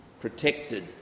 protected